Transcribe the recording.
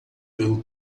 pelo